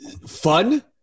fun